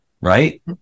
right